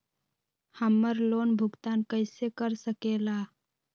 हम्मर लोन भुगतान कैसे कर सके ला?